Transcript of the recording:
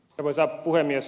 arvoisa puhemies